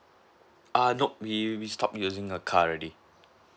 uh nop we we stop using a car already